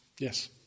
Yes